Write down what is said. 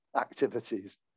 activities